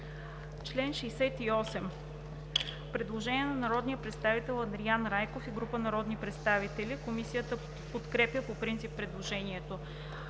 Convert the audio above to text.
44 има предложение на народния представител Светла Бъчварова и група народни представители. Комисията подкрепя по принцип предложението.